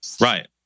Right